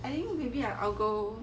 I think maybe I'll go